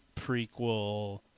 prequel